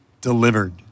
delivered